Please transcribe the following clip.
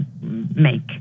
make